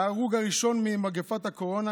ההרוג הראשון ממגפת הקורונה